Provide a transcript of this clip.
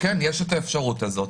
יש האפשרות הזו,